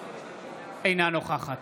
אינה נוכחת